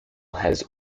has